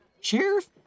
Sheriff